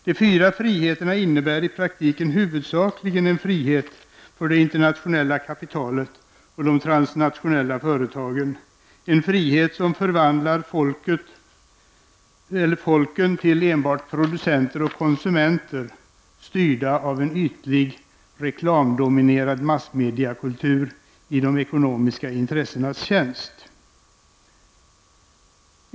De fyra friheterna innebär i praktiken huvudsakligen frihet för det internationella kapitalet och de transnationella företagen, en frihet som förvandlar folken till enbart producenter och konsumenter, styrda av en ytlig reklamdominerad massmediakultur i de ekonomiska intressenas tjänst.